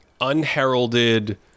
unheralded